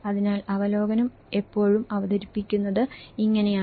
അതിനാൽ അവലോകനം എപ്പോഴും അവതരിപ്പിക്കുന്നത് ഇങ്ങനെയാണ്